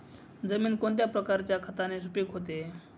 जमीन कोणत्या प्रकारच्या खताने सुपिक होते?